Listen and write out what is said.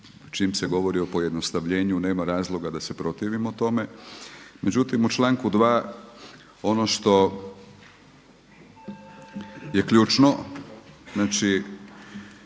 čim se govori o pojednostavljenju nema razloga da se protivimo tome. Međutim u članku 2. ono što je ključno znači